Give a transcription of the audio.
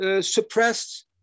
suppressed